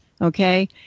Okay